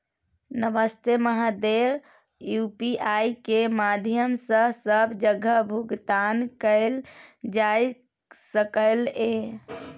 नमस्ते महोदय, यु.पी.आई के माध्यम सं सब जगह भुगतान कैल जाए सकल ये?